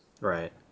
Right